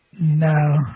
No